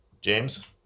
James